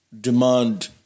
demand